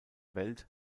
welt